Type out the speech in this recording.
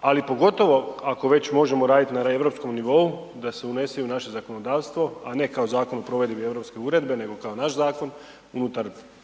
ali pogotovo ako već možemo raditi na europskom nivou, da se unese i u naše zakonodavstvo a ne kao zakon o provedbi europske uredbe nego kao naš zakon unutar postojećeg